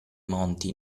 monti